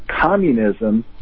communism